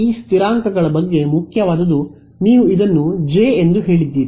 ಈ ಸ್ಥಿರಾಂಕಗಳ ಬಗ್ಗೆ ಮುಖ್ಯವಾದದು ನೀವು ಇದನ್ನು ಜೆ ಎಂದು ಹೇಳಿದ್ದೀರಿ